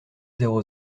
zéro